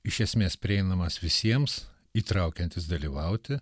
iš esmės prieinamas visiems įtraukiantis dalyvauti